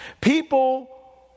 People